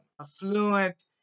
affluent